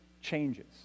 changes